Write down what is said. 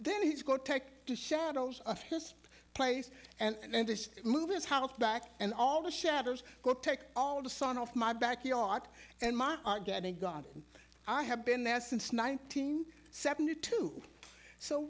then he's going to take the shadows of his place and then this movie his house back and all the shutters go take all the sun off my backyard and my are getting god i have been there since nineteen seventy two